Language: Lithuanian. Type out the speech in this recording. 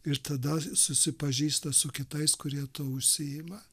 ir tada susipažįsta su kitais kurie tuo užsiima